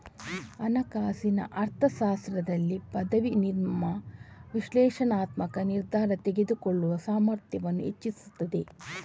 ಹಣಕಾಸಿನ ಅರ್ಥಶಾಸ್ತ್ರದಲ್ಲಿ ಪದವಿ ನಿಮ್ಮ ವಿಶ್ಲೇಷಣಾತ್ಮಕ ನಿರ್ಧಾರ ತೆಗೆದುಕೊಳ್ಳುವ ಸಾಮರ್ಥ್ಯವನ್ನ ಹೆಚ್ಚಿಸ್ತದೆ